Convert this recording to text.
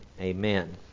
Amen